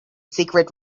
secret